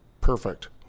perfect